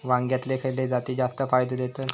वांग्यातले खयले जाती जास्त फायदो देतत?